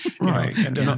Right